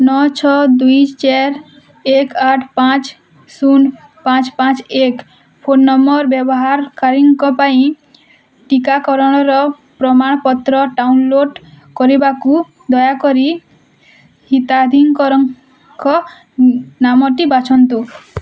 ନଅ ଛଅ ଦୁଇ ଚାର ଏକ ଆଠ ପାଞ୍ଚ ଶୂନ ପାଞ୍ଚ ପାଞ୍ଚ ଏକ ଫୋନ୍ ନମ୍ବର୍ ବ୍ୟବହାରକାରୀଙ୍କ ପାଇଁ ଟିକାକରଣର ପ୍ରମାଣପତ୍ର ଡାଉନଲୋଡ଼୍ କରିବାକୁ ଦୟାକରି ହିତାଧିକାରୀଙ୍କ ନାମଟି ବାଛନ୍ତୁ